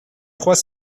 trois